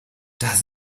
das